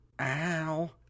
Ow